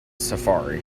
safari